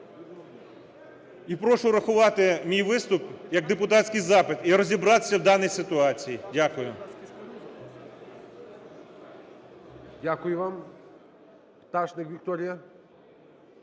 і прошу рахувати мій виступ як депутатський запит і розібратися у даній ситуації. Дякую. ГОЛОВУЮЧИЙ. Дякую вам. Пташник Вікторія.